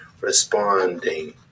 responding